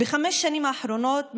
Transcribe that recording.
בחמש השנים האחרונות,